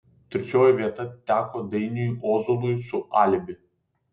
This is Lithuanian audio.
trečioji vieta atiteko dainiui ozolui su alibi